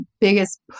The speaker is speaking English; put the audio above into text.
biggest